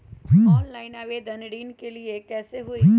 Online आवेदन ऋन के लिए कैसे हुई?